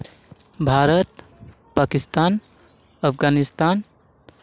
Bharat Pakistan Afghanistan